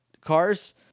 Cars